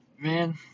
Man